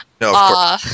No